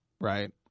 right